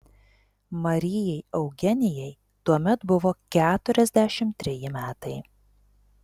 marijai eugenijai tuomet buvo keturiasdešimt treji metai